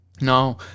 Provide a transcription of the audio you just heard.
Now